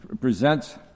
presents